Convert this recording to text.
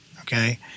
Okay